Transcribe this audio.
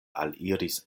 aliris